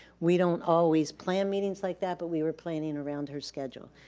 we don't always plan meetings like that, but we were planning around her schedule.